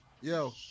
Yo